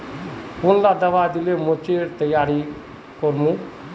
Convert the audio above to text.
कुंडा दाबा दिले मोर्चे पर तैयारी कर मो?